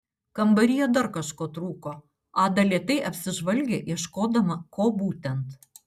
kambaryje dar kažko trūko ada lėtai apsižvalgė ieškodama ko būtent